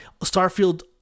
Starfield